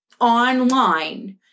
online